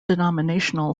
denominational